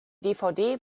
dvd